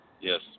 Yes